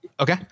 okay